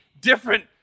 different